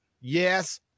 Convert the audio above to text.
Yes